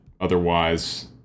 Otherwise